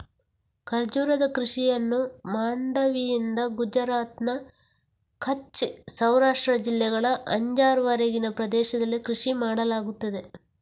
ಖರ್ಜೂರದ ಕೃಷಿಯನ್ನು ಮಾಂಡವಿಯಿಂದ ಗುಜರಾತ್ನ ಕಚ್ ಸೌರಾಷ್ಟ್ರ ಜಿಲ್ಲೆಗಳ ಅಂಜಾರ್ ವರೆಗಿನ ಪ್ರದೇಶದಲ್ಲಿ ಕೃಷಿ ಮಾಡಲಾಗುತ್ತದೆ